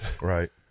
Right